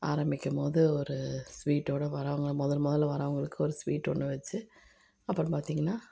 ஆரம்பிக்கும்போது ஒரு ஸ்வீட்டோடு வரவங்கள முதல் முதல்ல வரவங்களுக்கு ஒரு ஸ்வீட் ஒன்று வச்சு அப்புறம் பார்த்திங்கனா